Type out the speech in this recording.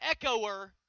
echoer